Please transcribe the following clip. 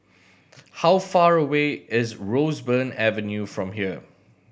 how far away is Roseburn Avenue from here